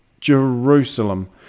Jerusalem